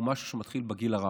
זה משהו שמתחיל בגיל הרך.